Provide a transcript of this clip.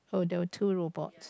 oh there were two robots